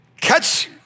catch